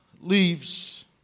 leaves